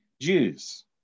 Jews